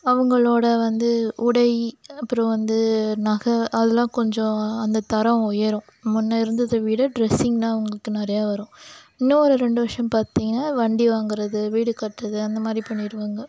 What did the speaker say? அவங்களோட வந்து உடை அப்புறம் வந்து நகை அதுலாம் கொஞ்சம் அந்த தரம் உயரும் முன்னே இருந்ததைவிட ட்ரெஸ்ஸிங்ன்னா அவங்களுக்கு நிறையா வரும் இன்னொரு ரெண்டு வருஷம் பார்த்தீங்கன்னா வண்டி வாங்கிறது வீடு கட்டுறது அந்த மாதிரி பண்ணிவிடுவாங்க